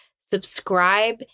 subscribe